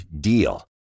DEAL